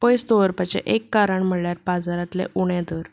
पयस दवरपाचें एक कारण म्हणल्यार बाजारांतलें उणें दर